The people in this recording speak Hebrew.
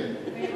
כן.